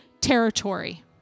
territory